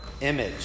image